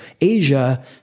Asia